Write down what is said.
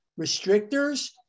restrictors